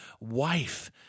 wife